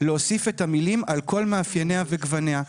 להוסיף את המילים 'על כל מאפייניה וגווניה'.